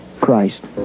Christ